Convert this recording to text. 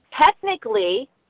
Technically